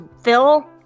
Phil